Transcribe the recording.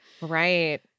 Right